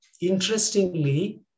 Interestingly